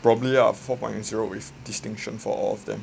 probably ah four point zero with distinction for all of them